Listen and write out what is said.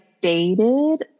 dated